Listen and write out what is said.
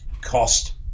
cost